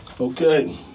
Okay